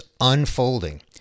unfolding